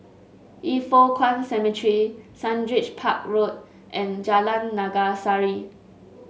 Yin Foh Kuan Cemetery Sundridge Park Road and Jalan Naga Sari